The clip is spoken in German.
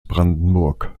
brandenburg